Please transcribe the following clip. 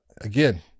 again